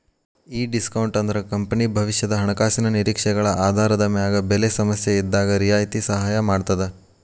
ಈ ಡಿಸ್ಕೋನ್ಟ್ ಅಂದ್ರ ಕಂಪನಿ ಭವಿಷ್ಯದ ಹಣಕಾಸಿನ ನಿರೇಕ್ಷೆಗಳ ಆಧಾರದ ಮ್ಯಾಗ ಬೆಲೆ ಸಮಸ್ಯೆಇದ್ದಾಗ್ ರಿಯಾಯಿತಿ ಸಹಾಯ ಮಾಡ್ತದ